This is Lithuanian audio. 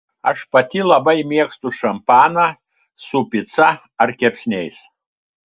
aš pati labai mėgstu šampaną su pica ar kepsniais